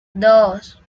dos